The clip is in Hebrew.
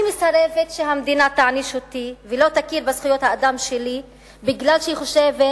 אני מסרבת שהמדינה תעניש אותי ולא תכיר בזכויות האדם שלי כי היא חושבת,